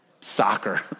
soccer